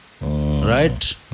Right